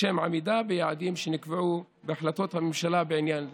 לשם עמידה ביעדים שנקבעו בהחלטות הממשלה בעניין זה.